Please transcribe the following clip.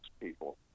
people